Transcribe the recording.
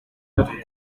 notre